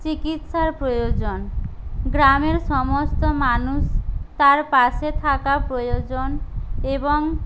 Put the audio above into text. চিকিৎসার প্রয়োজন গ্রামের সমস্ত মানুষ তার পাশে থাকা প্রয়োজন এবং